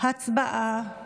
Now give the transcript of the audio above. הצבעה.